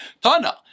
Tana